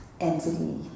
entity